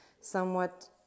somewhat